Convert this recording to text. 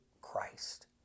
Christ